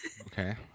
Okay